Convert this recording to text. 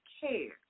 care